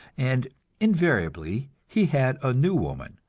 and invariably he had a new woman,